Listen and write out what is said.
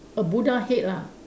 a Buddha head lah